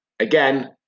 Again